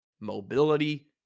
Mobility